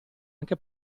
anche